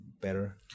better